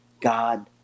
God